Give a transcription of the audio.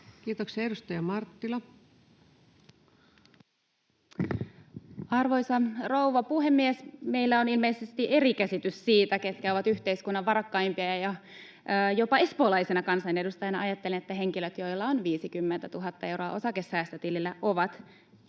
Kiitoksia. — Edustaja Marttila. Arvoisa rouva puhemies! Meillä on ilmeisesti eri käsitys siitä, ketkä ovat yhteiskunnan varakkaimpia, ja jopa espoolaisena kansanedustajana ajattelen, että henkilöt, joilla on 50 000 euroa osakesäästötilillä, ovat varakkaimpia